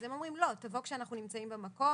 אז הם אומרים: לא, תבוא כשאנחנו נמצאים במקום.